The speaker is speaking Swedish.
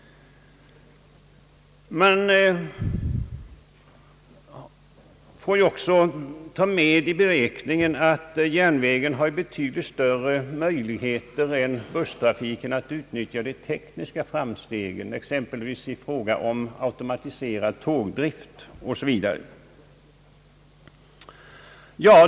Man får också ta med i beräkningen att järnvägen har betydligt större möjligheter än busstrafiken att utnyttja de tekniska framstegen, exempelvis i fråga om automatiserad drift m.m.